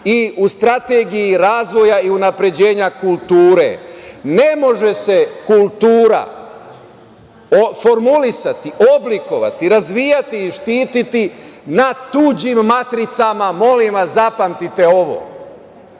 i u strategiji razvoja i unapređenja kulture. Ne može se kultura formulisati, oblikovati, razvijati i štititi na tuđim matricama, molim vas, zapamtite ovo.